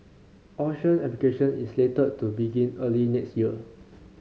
auction application is slated to begin early next year